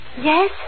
Yes